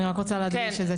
אני רק רוצה להדגיש את זה.